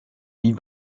wie